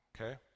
Okay